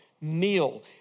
meal